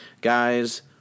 Guys